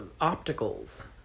opticals